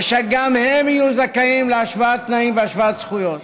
ושגם הם יהיו זכאים להשוואת תנאים והשוואת זכויות.